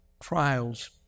trials